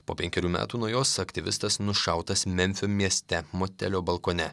po penkerių metų nuo jos aktyvistas nušautas memfio mieste motelio balkone